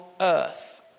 earth